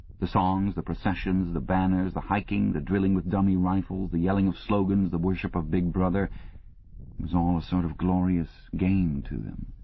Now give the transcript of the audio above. the songs, the processions, the banners, the hiking, the drilling with dummy rifles, the yelling of slogans, the worship of big brother it was all a sort of glorious game to them.